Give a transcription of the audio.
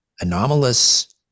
anomalous